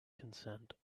consent